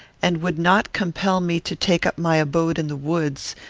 and would not compel me to take up my abode in the woods,